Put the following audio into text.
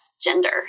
gender